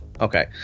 okay